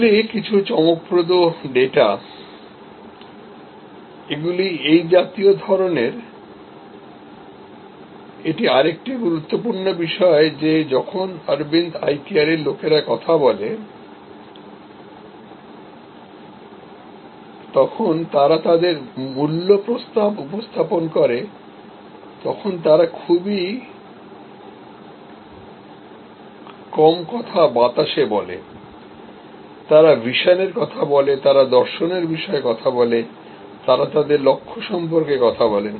এগুলি কিছু চমকপ্রদ ডেটা এগুলি এই জাতীয় ধরণের এটি আর একটি গুরুত্বপূর্ণ বিষয় যে যখন অরবিন্দ আই কেয়ারের লোকেরা কথা বলে যখন তারা তাদের মূল্য প্রস্তাব উপস্থাপন করে তখন তারা হাওয়াতে কথা বলে না তারা vision র কথা বলে তারা দর্শনের বিষয়ে কথা বলে তারা তাদের লক্ষ্য সম্পর্কে কথা বলেন